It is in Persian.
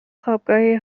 خوابگاهی